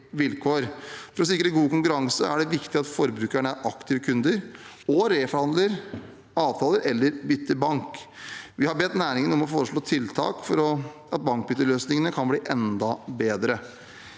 For å sikre god konkurranse er det viktig at forbrukerne er aktive kunder og reforhandler avtaler eller bytter bank. Vi har bedt næringen om å foreslå tiltak for at bankbytteløsningene kan bli enda bedre.